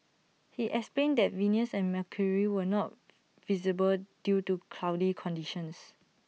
he explained that Venus and mercury were not visible due to cloudy conditions